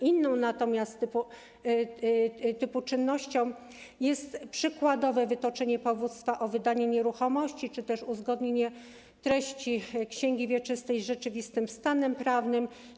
Innego typu czynnością jest natomiast przykładowe wytoczenie powództwa o wydanie nieruchomości czy też uzgodnienie treści księgi wieczystej z rzeczywistym stanem prawnym.